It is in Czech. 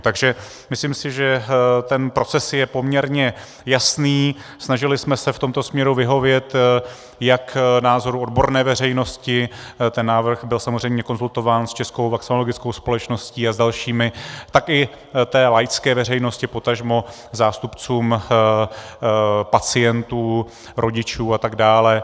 Takže myslím si, že ten proces je poměrně jasný, snažili jsme se v tomto směru vyhovět jak názoru odborné veřejnosti, ten návrh byl samozřejmě konzultován s Českou vakcinologickou společností a s dalšími, tak i laické veřejnosti, potažmo zástupcům pacientů, rodičů a tak dále.